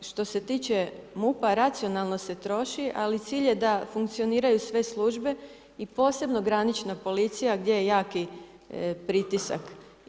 Što se tiče MUP-a racionalno se troši, ali cilj je da funkcioniraju sve službe i posebno granična policija gdje je jaki pritisak.